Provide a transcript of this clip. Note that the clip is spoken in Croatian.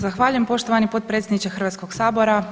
Zahvaljujem poštovani potpredsjedniče Hrvatskog sabora.